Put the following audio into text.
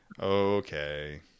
Okay